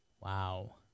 Wow